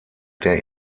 der